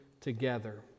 together